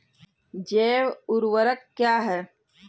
जैव ऊर्वक क्या है?